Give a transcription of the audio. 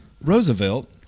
Roosevelt